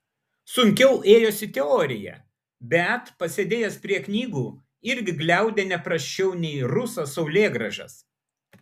sunkiau ėjosi teorija bet pasėdėjęs prie knygų irgi gliaudė ne prasčiau nei rusas saulėgrąžas